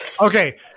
Okay